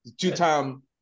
Two-time